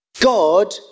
God